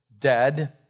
dead